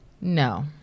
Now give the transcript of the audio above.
No